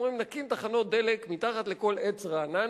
אומרים: נקים תחנות דלק מתחת לכל עץ רענן,